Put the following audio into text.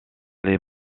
les